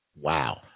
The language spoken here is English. Wow